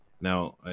now